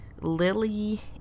Lily